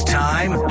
time